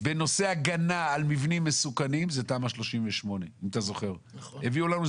בנושא הגנה על מבנים מסוכנים זה תמ"א 38. הביאו לנו,